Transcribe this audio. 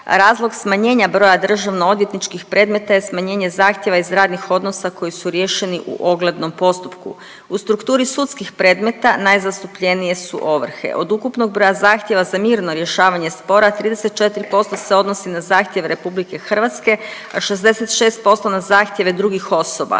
Razlog smanjenja broja državno-odvjetničkih predmeta je smanjenje zahtjeva iz radnih odnosa koji su riješeni u oglednom postupku. U strukturi sudskih predmeta najzastupljenije su ovrhe. Od ukupnog broja zahtjeva za mirno rješavanje spora 34% se odnosi na zahtjev Republike Hrvatske, a 66% na zahtjeve drugih osoba.